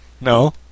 No